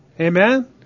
Amen